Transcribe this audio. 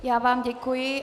Já vám děkuji.